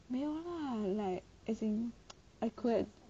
没有啦 like as in I could have